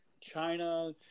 China